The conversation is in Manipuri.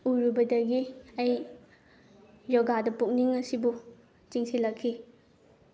ꯎꯔꯨꯕꯗꯒꯤ ꯑꯩ ꯌꯣꯒꯥꯗ ꯄꯨꯛꯅꯤꯡ ꯑꯁꯤꯕꯨ ꯆꯤꯡꯁꯤꯟꯂꯛꯈꯤ